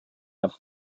have